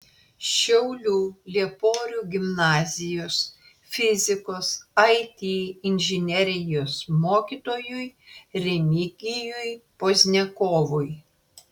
šiaulių lieporių gimnazijos fizikos it inžinerijos mokytojui remigijui pozniakovui